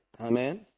amen